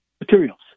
materials